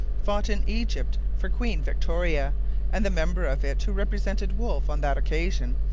fought in egypt for queen victoria and the member of it who represented wolfe on that occasion,